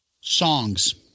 Songs